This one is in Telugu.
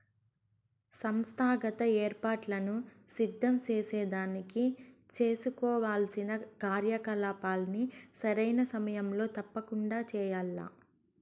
సంస్థాగత ఏర్పాట్లను సిద్ధం సేసేదానికి సేసుకోవాల్సిన కార్యకలాపాల్ని సరైన సమయంలో తప్పకండా చెయ్యాల్ల